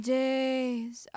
days